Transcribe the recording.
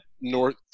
North